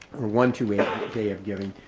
or one, two, eight day of giving.